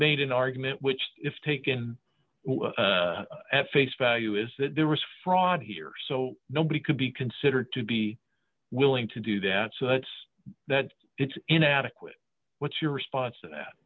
made an argument which if taken at face value is that there was fraud here so nobody could be considered to be willing to do that so it's that it's inadequate what's your response